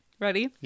Ready